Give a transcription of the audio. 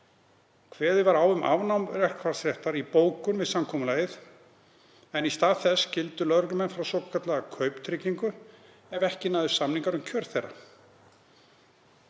Kveðið var á um afnám verkfallsréttar í bókun við samkomulagið, en í stað þess skyldu lögreglumenn fá svokallaða kauptryggingu ef ekki næðust samningar um kjör þeirra.